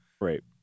Right